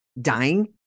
dying